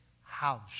house